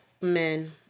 men